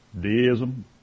deism